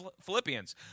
Philippians